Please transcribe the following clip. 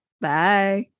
bye